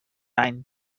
any